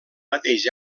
mateix